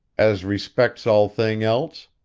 as respects all things else,